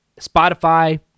Spotify